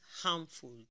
harmful